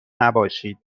نباشید